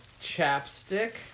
Chapstick